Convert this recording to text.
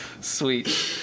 Sweet